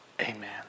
Amen